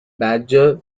badger